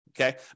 Okay